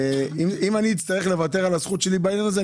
אם אני אצטרך לוותר על הזכות שלי בעניין הזה,